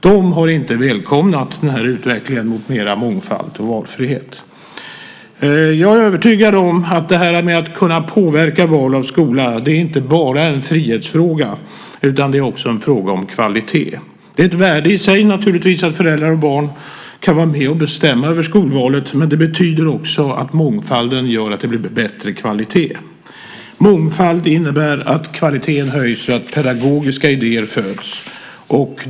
De har inte välkomnat utvecklingen mot mer mångfald och valfrihet. Att kunna påverka val av skola är inte bara en frihetsfråga. Det är också en fråga om kvalitet. Det är ett värde i sig naturligtvis att föräldrar och barn kan vara med och bestämma över skolvalet, men mångfalden gör också att det blir bättre kvalitet. Mångfald innebär att kvaliteten höjs och att pedagogiska idéer föds.